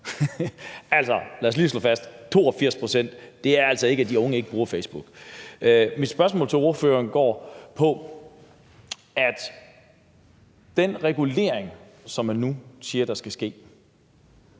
lad os lige slå fast: 82 pct. – det er altså ikke sådan, at de unge ikke bruger Facebook. Mit spørgsmål til ordføreren er i forhold til den regulering, som man nu siger skal ske.